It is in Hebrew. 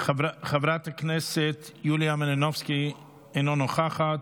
חברת הכנסת יוליה מלינובסקי, אינה נוכחת,